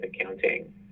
accounting